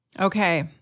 Okay